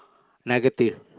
negative